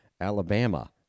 Alabama